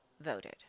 voted